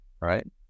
right